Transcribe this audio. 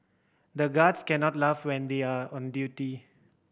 the guards can't laugh when they are on duty